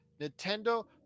Nintendo